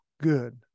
good